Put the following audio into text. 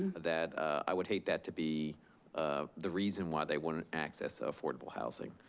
that i would hate that to be um the reason why they wouldn't access ah affordable housing.